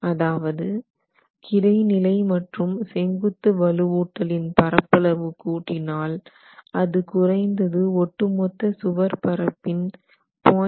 அதாவது கிடைநிலை மற்றும் செங்குத்து வலுவூட்டல் இன் பரப்பளவு கூட்டினால் அது குறைந்தது ஒட்டுமொத்த சுவர் பரப்பின் 0